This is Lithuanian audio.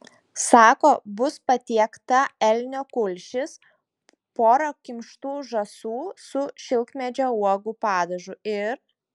sako bus patiekta elnio kulšis pora kimštų žąsų su šilkmedžio uogų padažu ir